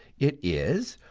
it is,